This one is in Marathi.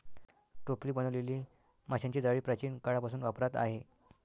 टोपली बनवलेली माशांची जाळी प्राचीन काळापासून वापरात आहे